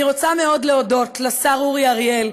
אני רוצה מאוד להודות לשר אורי אוריאל,